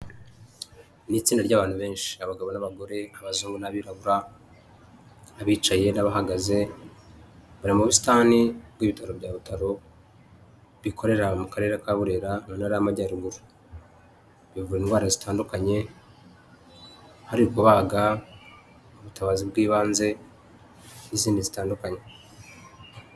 Ni itsinda ry'abantu benshi; abagabo n'abagore abazungu n'abirabura, abicaye n'abahagaze, bari mu busitani bw'ibitaro bya butaro bikorera mu karere ka burera mu ntara y'amajyaruguru, bivura indwara zitandukanye, hari kubaga, ubutabazi bw'ibanze n'izindi zitandukanye.